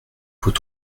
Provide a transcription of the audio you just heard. faut